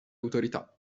autorità